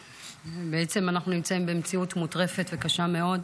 בעצם אנחנו נמצאים במציאות מוטרפת וקשה מאוד,